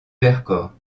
vercors